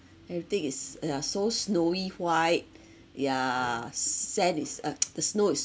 I think is uh yeah so snowy white ya s~ sand is uh the snow is